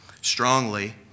strongly